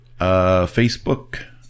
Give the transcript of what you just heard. Facebook